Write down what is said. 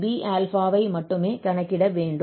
மேலும் Bα ஐ மட்டுமே கணக்கிட வேண்டும்